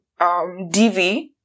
DV